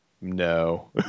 No